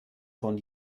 von